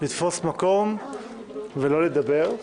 לתפוס מקום ולא לדבר.